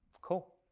Cool